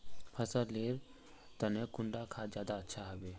फसल लेर तने कुंडा खाद ज्यादा अच्छा हेवै?